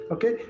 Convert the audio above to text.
Okay